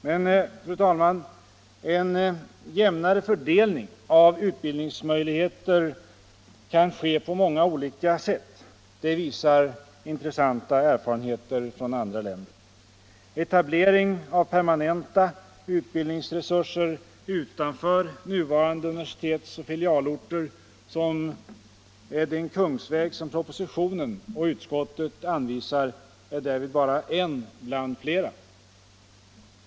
Men, fru talman, en jämnare fördelning av utbildningsmöjligheter kan ske på många olika sätt. Det visar intressanta erfarenheter från andra länder. Etablering av permanenta utbildningsresurser utanför nuvarande universitetsoch filialorter — som är den kungsväg som propositionen och utskottet anvisar — är därvid bara en väg bland flera.